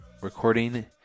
recording